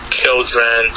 children